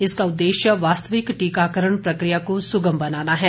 इसका उद्देश्य वास्तविक टीकाकरण प्रक्रिया को सुगम बनाना है